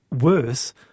worse